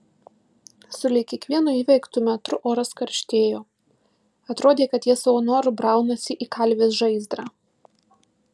sulig kiekvienu įveiktu metru oras karštėjo atrodė kad jie savo noru braunasi į kalvės žaizdrą